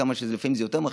כמה שלפעמים זה יותר מכעיס.